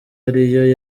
ariyo